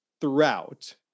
throughout